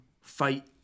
fight